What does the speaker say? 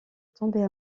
tomber